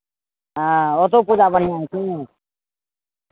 हँ ओतहु पूजा बढ़िआँ होइ छै ने